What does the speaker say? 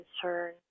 concern